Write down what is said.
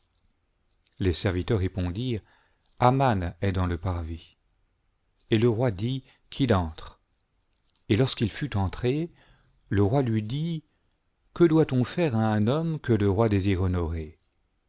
les serviteurs répondirent aman est dans le parvis et le roi dit qu'il entre et lorsqu'il fut entré le roi lui dit que doit-on faire à un homme que le roi désire honorer